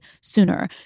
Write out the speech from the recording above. sooner